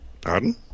Pardon